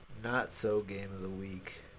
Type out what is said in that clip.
not-so-game-of-the-week